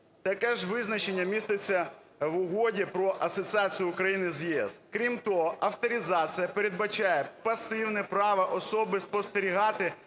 Таке ж визначення міститься в Угоді про асоціацію України з ЄС. Крім того, авторизація передбачає пасивне право особи спостерігати